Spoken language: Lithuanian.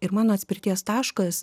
ir mano atspirties taškas